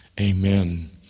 amen